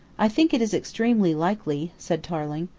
i think it is extremely likely, said tarling.